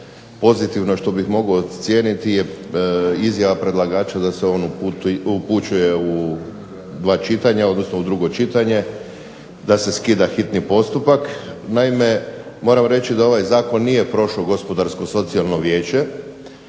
pozitivno što bih mogao ocijeniti je izjava predlagača da se on upućuje u drugo čitanje, da se skida hitni postupak. Naime, moram reći da ovaj zakon nije prošao Gospodarsko-socijalno vijeće,